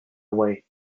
away